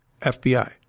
fbi